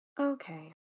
Okay